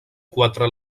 quatre